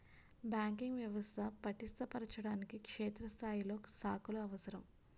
banking వ్యవస్థ పటిష్ట పరచడానికి క్షేత్రస్థాయిలో శాఖలు అవసరం